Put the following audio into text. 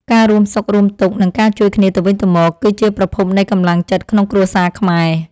ការរួមសុខរួមទុក្ខ និងការជួយគ្នាទៅវិញទៅមក គឺជាប្រភពនៃកម្លាំងចិត្តក្នុងគ្រួសារខ្មែរ។